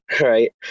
right